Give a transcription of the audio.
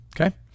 Okay